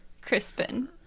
Crispin